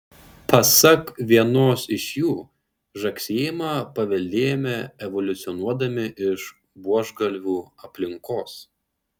pasak vienos iš jų žagsėjimą paveldėjome evoliucionuodami iš buožgalvių aplinkos